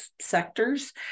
sectors